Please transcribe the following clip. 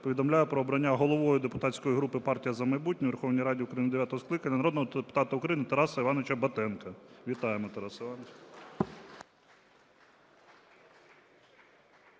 повідомляю про обрання головою депутатської групи партії "За майбутнє" у Верховній Раді України дев'ятого скликання народного депутата України Тараса Івановича Батенка. Вітаємо, Тарасе Івановичу.